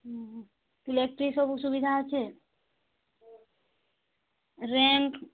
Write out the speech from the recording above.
electric ସବୁ ସୁବିଧା ଅଛି ରେଣ୍ଟ